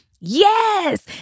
Yes